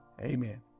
Amen